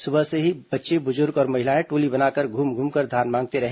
सुबह से ही बच्चे बुजुर्ग और महिलाएं टोली बनाकर घूम घूमकर धान मांगते रहे